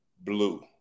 blue